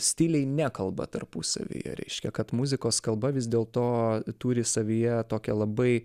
stiliai nekalba tarpusavyje reiškia kad muzikos kalba vis dėl to turi savyje tokią labai